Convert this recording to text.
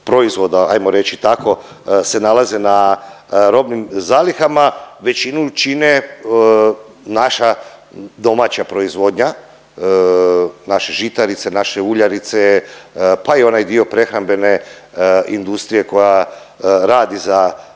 se nalaze na robnim zalihama. Većinu čine naša domaća proizvodnja, naše žitarice, naše uljarice pa i onaj dio prehrambene industrije koja radi za